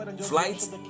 flights